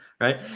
right